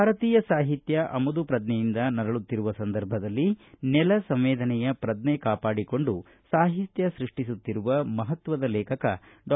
ಭಾರತೀಯ ಸಾಹಿತ್ಯ ಆಮದು ಪ್ರಜ್ಞೆಯಿಂದ ನರಳುತ್ತಿರುವ ಸಂದರ್ಭದಲ್ಲಿ ನೆಲಸಂವೇದನೆಯ ಪ್ರಜ್ಞೆ ಕಾಪಾಡಿಕೊಂಡು ಸಾಹಿತ್ಯ ಸೃಷ್ಟಿಸುತ್ತಿರುವ ಮಹತ್ವದ ಲೇಖಕ ಡಾ